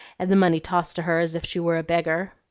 and the money tossed to her as if she were a beggar.